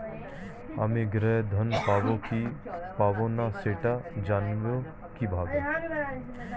আমি গৃহ ঋণ পাবো কি পাবো না সেটা জানবো কিভাবে?